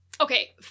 Okay